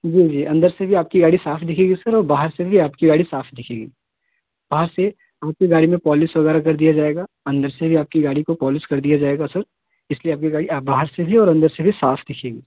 जी जी अंदर से भी आपकी गाड़ी साफ़ दिखेगी सर और बाहर से भी आपकी गाड़ी साफ़ दिखेगी बाहर से आपकी गाड़ी में पॉलिश वग़ैरह कर दिया जाएगा अंदर से भी आपकी गाड़ी को पॉलिश कर दिया जाएगा सर इसलिए आपकी गाड़ी बाहर से भी और अंदर से भी साफ़ दिखेगी